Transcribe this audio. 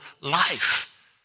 Life